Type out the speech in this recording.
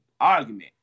argument